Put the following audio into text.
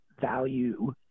value